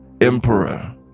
Emperor